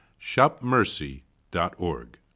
shopmercy.org